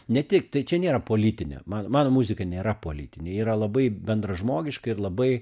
ne tik tai čia nėra politinė man mano muzika nėra politinė yra labai bendražmogiška ir labai